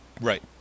right